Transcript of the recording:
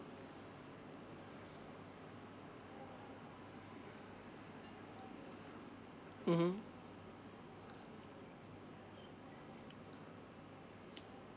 mmhmm